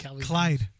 Clyde